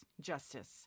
justice